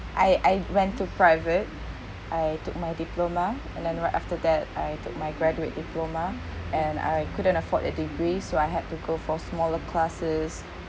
I I went to private I took my diploma and then right after that I took my graduate diploma and I couldn't afford a degree so I had to go for smaller classes